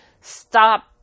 stop